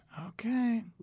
Okay